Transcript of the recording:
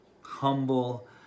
humble